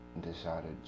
decided